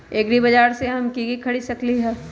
एग्रीबाजार से हम की की खरीद सकलियै ह?